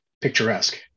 picturesque